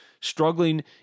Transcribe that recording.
struggling